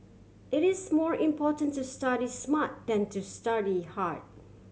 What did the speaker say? it is more important to study smart than to study hard